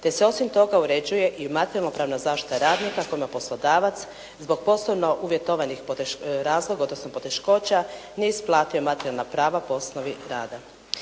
Te se osim toga uređuje i materijalno pravna zaštita radnika kome je poslodavac zbog poslovno uvjetovanih razloga odnosno poteškoća nije isplatio materijalna prava po osnovi rada.